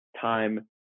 time